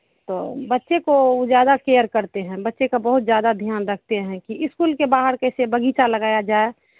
तो बच्चे को वो ज़्यादा केयर करते हैं बच्चे का बहुत ज़्यादा ध्यान रखते हैं कि इस्कूल के बाहर कैसे बगीचा लगाया जाए